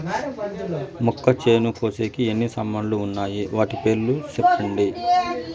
మొక్కచేను కోసేకి ఎన్ని సామాన్లు వున్నాయి? వాటి పేర్లు సెప్పండి?